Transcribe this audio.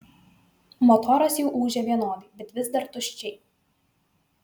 motoras jau ūžė vienodai bet vis dar tuščiai